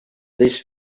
this